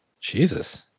Jesus